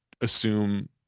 assume